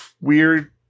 weird